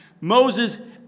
Moses